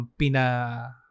pina